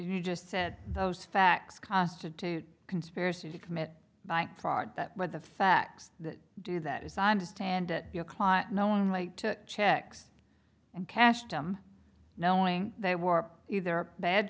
you just said those facts constitute conspiracy to commit bank fraud that what the facts do that is i understand your client knowingly checks and cashed them knowing they were either bad